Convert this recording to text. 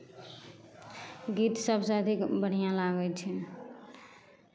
गीत सभसँ अधिक बढ़िआँ लागै छै